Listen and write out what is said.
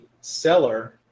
seller